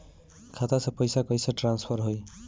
खाता से पैसा कईसे ट्रासर्फर होई?